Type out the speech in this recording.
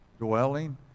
Dwelling